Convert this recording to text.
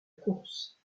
course